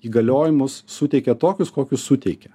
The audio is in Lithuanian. įgaliojimus suteikia tokius kokius suteikia